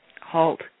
halt